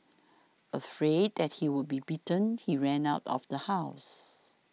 afraid that he would be beaten he ran out of the house